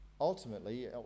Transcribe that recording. ultimately